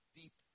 deep